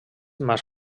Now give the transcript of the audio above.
mas